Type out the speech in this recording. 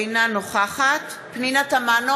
אינה נוכחת פנינה תמנו,